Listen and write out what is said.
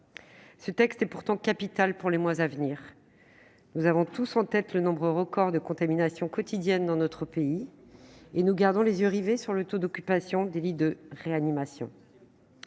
Ce texte est pourtant capital pour les mois à venir. Nous avons tous en tête le nombre record de contaminations quotidiennes dans notre pays et nous gardons les yeux rivés sur le taux d'occupation des lits de réanimation.